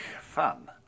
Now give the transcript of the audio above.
fun